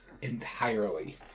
entirely